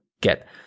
get